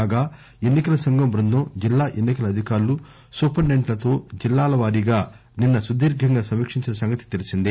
కాగా ఎన్ని కల సంఘం బృందం జిల్లా ఎన్ని కల అధికారులు సూపరింటెండెంట్లతో జిల్లాల వారీ నిన్న సుదీర్ఘంగా సమీక్షించిన విషయం తెల్సిందే